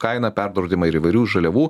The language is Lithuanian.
kainą perdraudimą ir įvairių žaliavų